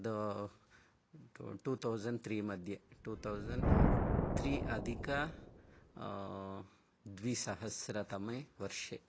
two thousand three मध्ये two thousand three अधिक द्विसहस्रतमे वर्षे